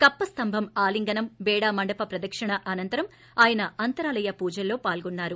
కప్పస్తంభం ఆలింగనం బేడా మండప ప్రదక్షిణ అనంతరం ఆయన అంతరాలయ పూజల్లో పాల్గొన్నారు